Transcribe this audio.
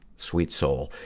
sweet soul.